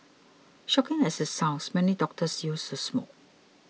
shocking as it sounds many doctors used to smoke